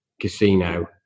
casino